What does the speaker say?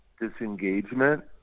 disengagement